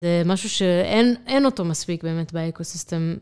זה משהו שאין אותו מספיק באמת באקוסיסטם.